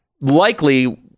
likely